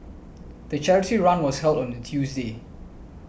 the charity run was held on a Tuesday